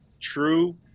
true